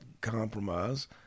compromise